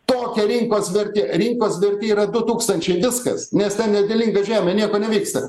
tokia rinkos vertė rinkos vertė yra du tūkstančiai viskas nes ten nederlinga žemė nieko nevyksta